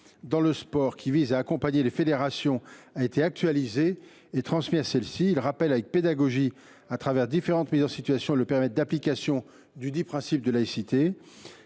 champ du sport, qui vise à accompagner les fédérations, a été actualisé et transmis à ces dernières. Il rappelle avec pédagogie, au travers de différentes mises en situation, le périmètre d’application du principe de laïcité.